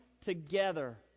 together